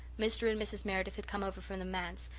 mr. and mrs. meredith had come over from the manse,